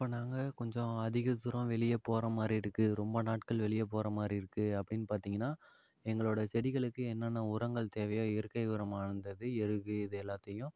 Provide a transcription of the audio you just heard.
இப்போ நாங்கள் கொஞ்சம் அதிக தூரம் வெளியே போகற மாதிரி இருக்கு ரொம்ப நாட்கள் வெளியே போகற மாதிரி இருக்கு அப்படின்னு பார்த்திங்கன்னா எங்களோட செடிகளுக்கு என்னென்ன உரங்கள் தேவையோ இயற்கை உரம் வாய்ந்தது எருகு இது எல்லாத்தையும்